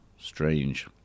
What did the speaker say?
strange